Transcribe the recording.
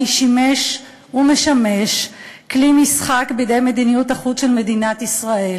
שימש ומשמש כלי משחק במדיניות החוץ של מדינת ישראל,